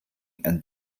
and